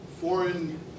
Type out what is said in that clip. foreign